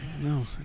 No